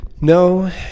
No